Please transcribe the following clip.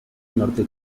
norte